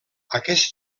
aquest